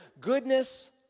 goodness